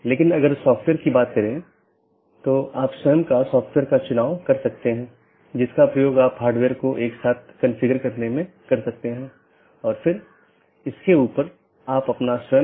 और अगर आप फिर से याद करें कि हमने ऑटॉनमस सिस्टम फिर से अलग अलग क्षेत्र में विभाजित है तो उन क्षेत्रों में से एक क्षेत्र या क्षेत्र 0 बैकबोन क्षेत्र है